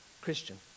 Christian